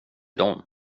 dem